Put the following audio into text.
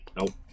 Nope